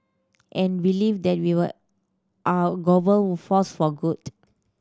and believe that we were are a global force for good